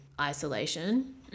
isolation